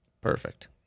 Perfect